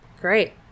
Great